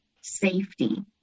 safety